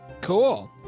Cool